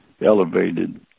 elevated